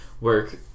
work